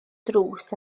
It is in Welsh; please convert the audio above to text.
drws